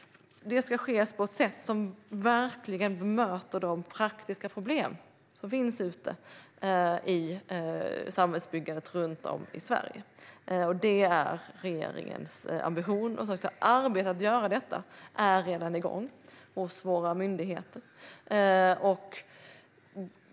Detta ska ske på ett sätt som verkligen bemöter de praktiska problem som finns i samhällsbyggandet runt om i Sverige. Det är regeringens ambition, och arbetet med att göra detta är redan igång hos våra myndigheter.